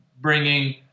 bringing